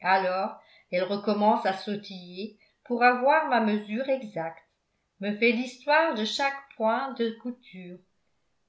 alors elle recommence à sautiller pour avoir ma mesure exacte me fait l'histoire de chaque point de couture